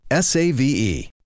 SAVE